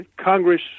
Congress